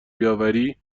بیاوری